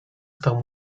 stał